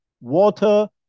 water